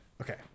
Okay